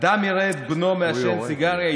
אדם יראה את בנו מעשן סיגריה,